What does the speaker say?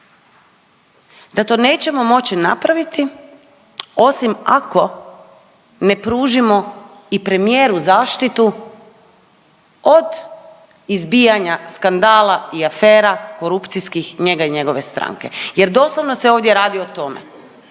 da to nećemo moći napraviti osim ako ne pružimo i premijeru zaštitu od izbijanja skandala i afera korupcijskih njega i njegove stranke. Jer doslovno se ovdje radi o tome.